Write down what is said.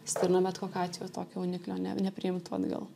stirna bet kokiu atveju tokio jauniklio ne nepriimtų atgal